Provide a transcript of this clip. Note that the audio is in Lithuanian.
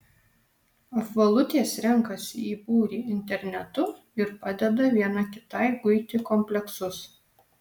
apvalutės renkasi į būrį internetu ir padeda viena kitai guiti kompleksus